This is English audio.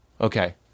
Okay